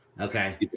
Okay